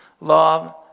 love